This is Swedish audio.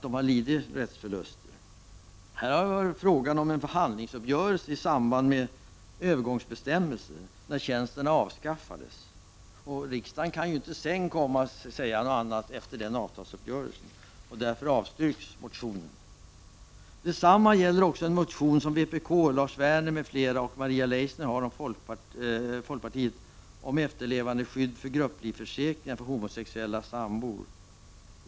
Det har här varit fråga om en förhandlingsuppgörelse i samband med övergångsbestämmelse när tjänsterna avskaffades. Riksdagen kan inte efter avtalsuppgörelsen komma och säga något annat. Utskottet avstyrker därför motionen. Detsamma gäller en motion från vpk, Lars Werner, och folkpartiet, Maria Leissner, om efterlevandeskydd i grupplivförsäkringar för homosexulla sambor.